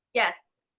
yes.